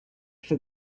for